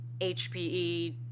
HPE